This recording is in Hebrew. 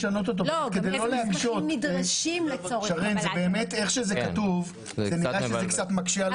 באמת איך שזה כתוב, זה קצת מקשה.